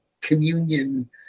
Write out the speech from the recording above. communion